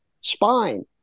spine